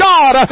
God